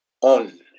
on